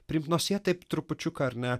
priimt nors jie taip trupučiuką ar ne